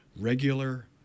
regular